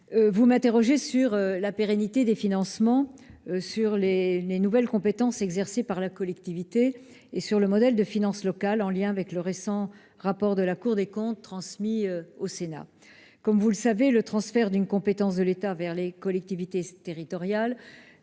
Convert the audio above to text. vous m'interrogez sur la pérennité du financement des compétences nouvellement exercées par les collectivités et sur le modèle des finances locales, en lien avec le récent rapport de la Cour des comptes, transmis au Sénat. Vous le savez, le transfert de compétences de l'État vers les collectivités territoriales